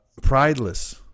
prideless